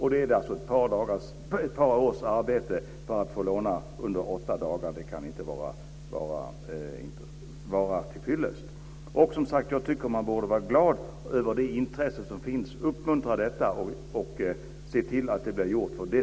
Och det är alltså ett par års arbete för att få låna dem under åtta dagar. Det kan inte vara tillfyllest. Jag tycker att man borde vara glad över det intresse som finns, uppmuntra detta och se till att det blir gjort.